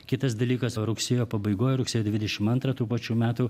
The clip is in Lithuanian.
kitas dalykas o rugsėjo pabaigoj rugsėjo dvidešimt antrą tų pačių metų